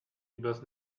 übers